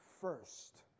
first